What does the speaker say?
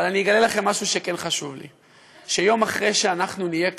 אבל אני אגלה לכם משהו שכן חשוב לי: שיום אחרי שאנחנו נהיה כאן,